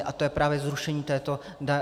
A to je právě zrušení této daně.